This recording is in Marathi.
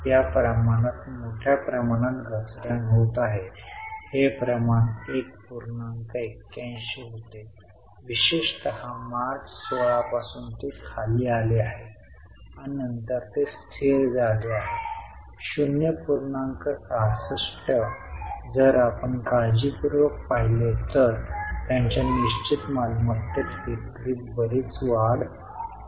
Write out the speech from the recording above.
काही अपयशी ठरतील की आमची रोकड बाहेर जाईल हे चांगले चिन्ह नाही परंतु प्रत्यक्षात ते एक चांगले चिन्ह आहे कारण जोपर्यंत आपण गुंतवणूक करत नाही तोपर्यंत व्यवसाय कसा वाढेल